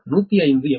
இந்த வரி 105 எம்